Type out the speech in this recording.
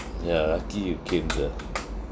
ya lucky you came sia